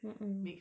mm mm